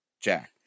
Jack